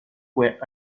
with